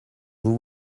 vous